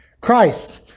Christ